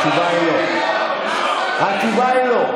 התשובה היא לא, התשובה היא לא.